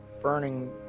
burning